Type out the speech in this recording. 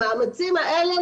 המאמצים האלה,